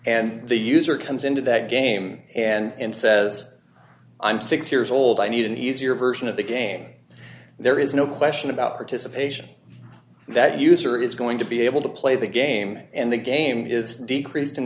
and the user comes into that game and says i'm six years old i need an easier version of the game there is no question about participation that user is going to be able to play the game and the game is decreas